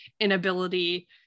inability